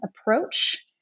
approach